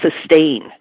sustain